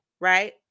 right